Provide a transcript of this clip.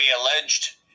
alleged